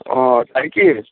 ও তাই কি